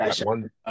one